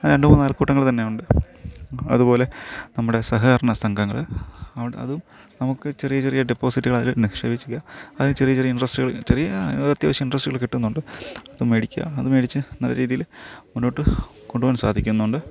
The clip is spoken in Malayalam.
രണ്ട് മൂന്ന് അയൽക്കൂട്ടങ്ങള് തന്നെ ഉണ്ട് അതുപോലെ നമ്മുടെ സഹകരണ സംഘങ്ങള് അവിടെ അതും നമുക്ക് ചെറിയ ചെറിയ ഡെപ്പോസിറ്റുകൾ അതില് നിക്ഷേപിച്ചിട്ട് അതീന്ന് ചെറിയ ചെറിയ ഇൻട്രസ്റ്റുകള് ചെറിയ അത്യാവശ്യ ഇൻട്രസ്റ്റുകൾ കിട്ടുന്നുണ്ട് അത് മേടിക്കുക അത് മേടിച്ച് നല്ല രീതിയില് മുന്നോട്ട് കൊണ്ടു പോവാൻ സാധിക്കുന്നുണ്ട്